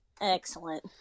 Excellent